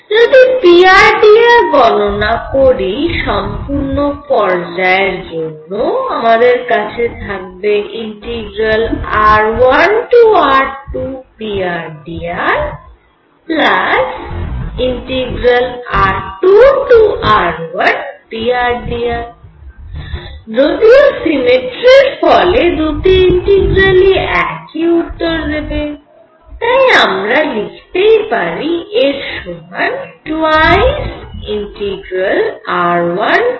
যদি prdr গণনা করি সম্পূর্ণ পর্যায়ের জন্য আমাদের কাছে থাকবে r1 r2prdr r2 r1prdr যদিও সিমেট্রির ফলে দুটি ইন্টিগ্রালই একই উত্তর দেবে তাই আমরা লিখতেই পারি এর সমান 2r1r2prdr